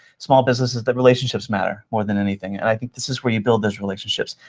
small businesses, that relationships matter more than anything. and i think this is where you build those relationships.